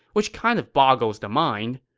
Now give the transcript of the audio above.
which kind of boggles the mind.